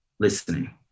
listening